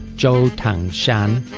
zhou tung shan,